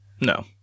no